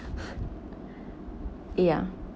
ya